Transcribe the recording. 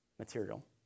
material